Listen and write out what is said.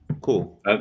cool